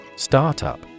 Startup